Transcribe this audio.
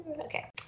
Okay